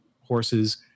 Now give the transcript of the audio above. horses